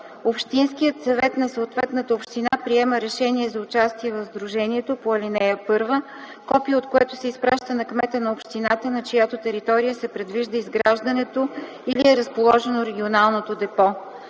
Общинският съвет на съответната община приема решение за участие в сдружението по ал. 1, копие от което се изпраща на кмета на общината, на чиято територия се предвижда изграждането или е разположено регионално депо.